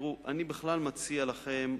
אני בכלל מציע לכם,